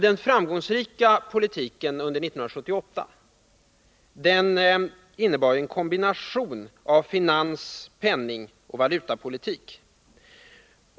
Den framgångsrika politiken under 1978 innebar en kombination av finans-, penningoch valutapolitik.